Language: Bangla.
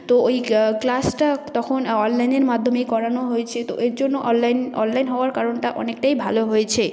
তো ওই ক্লাসটা তখন অললাইনের মাধ্যমেই করানো হয়েছে তো এর জন্য অললাইন অললাইন হওয়ার কারণটা অনেকটাই ভালো হয়েছে